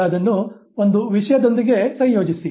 ಈಗ ಅದನ್ನು ಒಂದು ವಿಷಯದೊಂದಿಗೆ ಸಂಯೋಜಿಸಿ